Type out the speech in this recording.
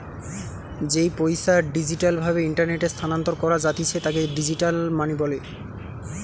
যেই পইসা ডিজিটাল ভাবে ইন্টারনেটে স্থানান্তর করা জাতিছে তাকে ডিজিটাল মানি বলে